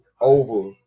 over